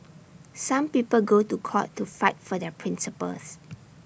some people go to court to fight for their principles